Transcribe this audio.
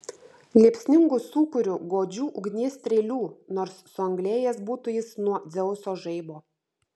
liepsningu sūkuriu godžių ugnies strėlių nors suanglėjęs būtų jis nuo dzeuso žaibo